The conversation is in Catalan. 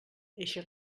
eixa